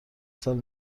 سال